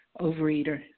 overeater